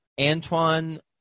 Antoine